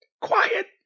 Quiet